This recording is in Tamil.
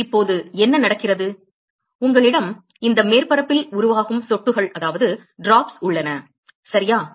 எனவே இப்போது என்ன நடக்கிறது உங்களிடம் இந்த மேற்பரப்பில் உருவாகும் சொட்டுகள் உள்ளன சரியா